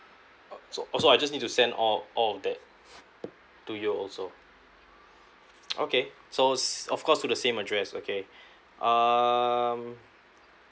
oh so also I just need to send all all of that to you also okay so s~ of course to the same address okay um